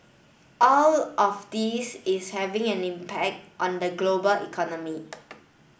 all of this is having an impact on the global economy